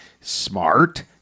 smart